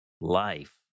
life